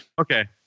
Okay